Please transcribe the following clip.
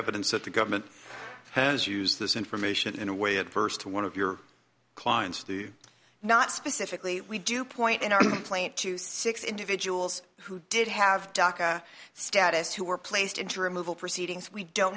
evidence that the government has used this information in a way adverse to one of your clients not specifically we do point in our plane to six individuals who did have dhaka status who were placed into removal proceedings we don't